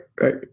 Right